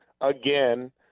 again